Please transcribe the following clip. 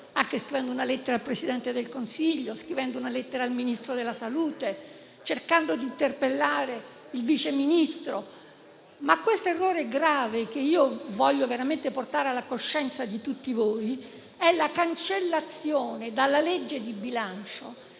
anche scrivendo una lettera al Presidente del Consiglio e al Ministro della salute e cercando di interpellare il Vice Ministro. L'errore grave che voglio portare alla coscienza di tutti voi è la cancellazione dalla legge di bilancio